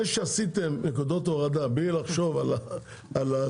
זה שעשיתם נקודות הורדה בלי לחשוב על זה